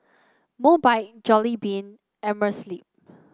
Mobike Jollibean and Amerisleep